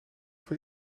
voor